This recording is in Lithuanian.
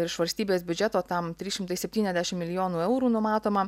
ir iš valstybės biudžeto tam trys šimtai septyniasdešimt milijonų eurų numatoma